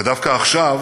ודווקא עכשיו